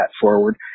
forward